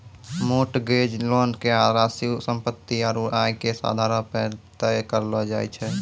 mortgage loan के राशि सम्पत्ति आरू आय के आधारो पे तय करलो जाय छै